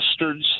mustards